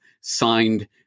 signed